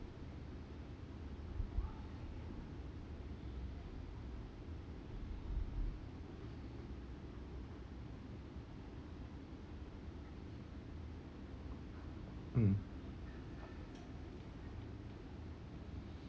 mm